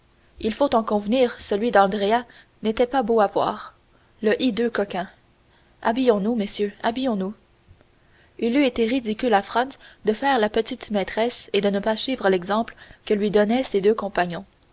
il faut en convenir celui d'andrea n'était pas beau à voir le hideux coquin habillons-nous messieurs habillons-nous il eût été ridicule à franz de faire la petite maîtresse et de ne pas suivre l'exemple que lui donnaient ses deux compagnons